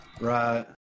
Right